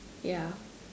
ya